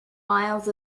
miles